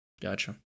Gotcha